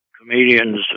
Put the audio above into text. comedians